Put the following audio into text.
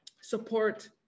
support